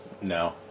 No